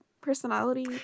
Personality